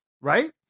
Right